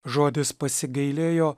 žodis pasigailėjo